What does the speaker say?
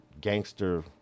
gangster